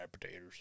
potatoes